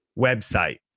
website